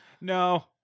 No